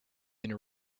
been